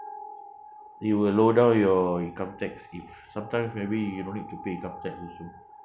it will lower down your income tax if sometimes maybe you don't need to pay income tax